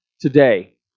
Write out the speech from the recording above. today